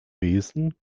besen